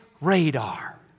radar